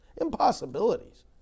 impossibilities